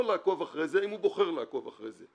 יכול לעקוב אחרי זה אם הוא בוחר לעקוב אחרי זה.